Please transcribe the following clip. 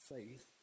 Faith